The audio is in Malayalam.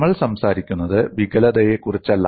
നമ്മൾ സംസാരിക്കുന്നത് വികലതയെക്കുറിച്ചല്ല